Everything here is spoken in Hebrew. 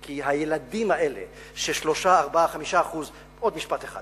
כי הילדים האלה ש-3%, 4%, 5% עוד משפט אחד.